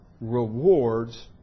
rewards